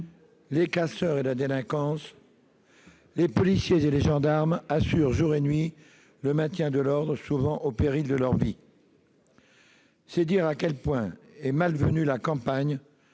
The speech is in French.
les casseurs et la délinquance ; les policiers et les gendarmes assurent jour et nuit le maintien de l'ordre, souvent au péril de leur vie. C'est dire à quel point est malvenue la campagne